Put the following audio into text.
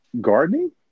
Gardening